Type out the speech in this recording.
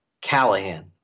Callahan